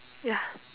ya